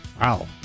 Wow